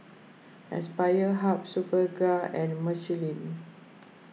Aspire Hub Superga and Michelin